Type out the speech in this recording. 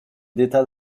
d’états